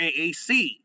AAC